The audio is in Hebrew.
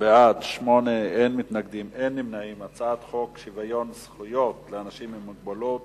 את הצעת חוק שוויון זכויות לאנשים עם מוגבלות